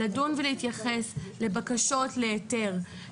לבקשות להיתר,